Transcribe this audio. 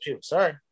Sorry